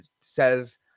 says